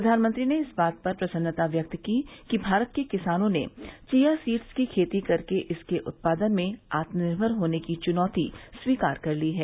प्रधानमंत्री ने इस बात पर प्रसन्नता व्यक्त की कि भारत के किसानों ने चिया सीड्स की खेती करके इसके उत्पादन में आत्मनिर्भर होने की चुनौती स्वीकार कर ली है